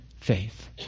faith